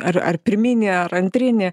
ar ar pirminį ar antrinį